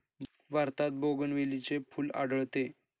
भारतात बोगनवेलीचे फूल आढळते